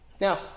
Now